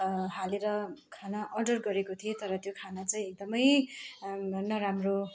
हालेर खाना अर्डर गरेको थिएँ तर त्यो खाना चाहिँ एकदमै धन्न राम्रो